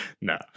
No